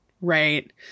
Right